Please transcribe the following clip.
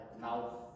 Now